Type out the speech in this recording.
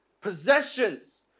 possessions